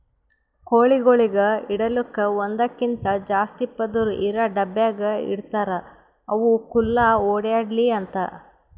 ಕೋಳಿಗೊಳಿಗ್ ಇಡಲುಕ್ ಒಂದಕ್ಕಿಂತ ಜಾಸ್ತಿ ಪದುರ್ ಇರಾ ಡಬ್ಯಾಗ್ ಇಡ್ತಾರ್ ಅವು ಖುಲ್ಲಾ ಓಡ್ಯಾಡ್ಲಿ ಅಂತ